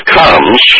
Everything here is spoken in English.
comes